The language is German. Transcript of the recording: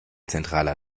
zentraler